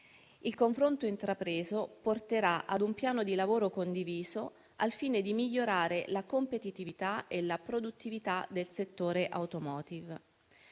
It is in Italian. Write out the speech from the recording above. Il confronto intrapreso porterà a un piano di lavoro condiviso al fine di migliorare la competitività e la produttività del settore *automotive.*